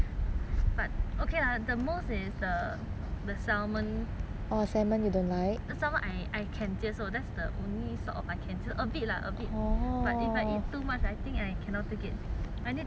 is the the salmon salmon I I can 接受 that's the only sort of I can 吃 a bit lah a bit but if I eat too much I think I cannot take it I need to 配水喝